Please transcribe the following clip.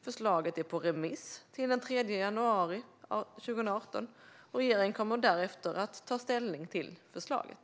Förslaget är på remiss till den 3 januari 2018. Regeringen kommer därefter att ta ställning till förslaget.